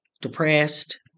depressed